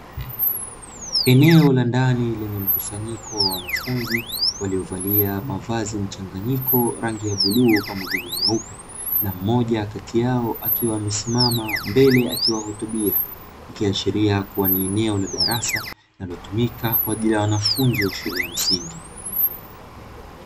Eneo la ndani lenye mkusanyiko wa wanafunzi waliovalia mavazi ya rangi mchanganyiko wa rangi ya bluu pamoja na nyeupe, na mmoja kati yao akiwa amesimama mbele yao akiwahitubia. Ikiashiria kuwa ni eneo la darasa linalotumika kwa ajili ya wanafunzi wa shule ya msingi.